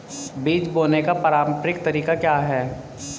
बीज बोने का पारंपरिक तरीका क्या है?